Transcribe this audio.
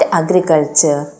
agriculture